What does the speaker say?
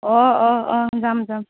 অ' অ' অ' যাম যাম